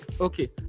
Okay